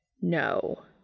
No